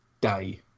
day